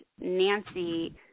Nancy